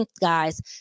guys